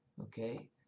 okay